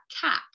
cap